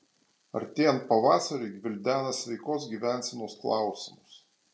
artėjant pavasariui gvildena sveikos gyvensenos klausimus